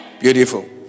Beautiful